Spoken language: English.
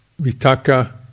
vitaka